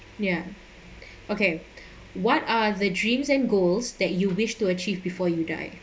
ya okay what are the dreams and goals that you wish to achieve before you die